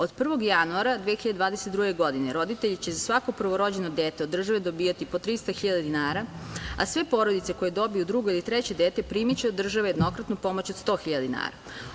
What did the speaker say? Od 1. januara 2022. godine, roditelji će za svako prvorođeno dete od države dobijati po 300 hiljada dinara, a sve porodice koje dobiju drugo ili treće dete primiće od države jednokratnu pomoć od 100 hiljada dinara.